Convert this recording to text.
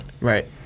Right